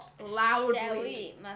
Loudly